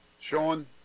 Sean